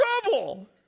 trouble